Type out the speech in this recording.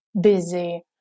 busy